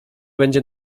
będzie